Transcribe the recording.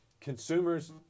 consumers